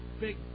big